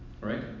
Right